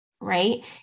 right